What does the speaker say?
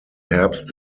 herbst